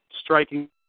striking